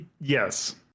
Yes